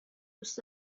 دوست